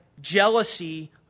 Jealousy